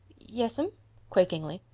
yes'm quakingly.